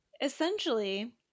essentially